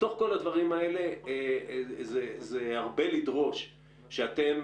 בתוך כל הדברים האלה זה הרבה לדרוש שאתם